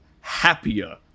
happier